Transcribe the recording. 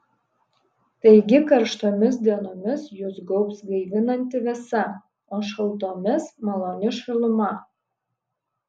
taigi karštomis dienomis jus gaubs gaivinanti vėsa o šaltomis maloni šiluma